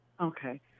Okay